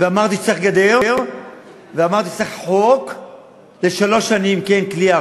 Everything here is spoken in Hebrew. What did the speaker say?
אמרתי שצריך גדר ואמרתי שצריך חוק לשלוש שנות כליאה.